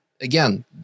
again